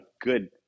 good